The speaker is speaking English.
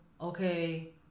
okay